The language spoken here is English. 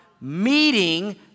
meeting